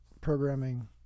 programming